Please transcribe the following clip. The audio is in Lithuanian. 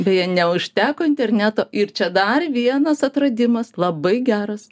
beje neužteko interneto ir čia dar vienas atradimas labai geras